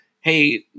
Hey